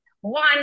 one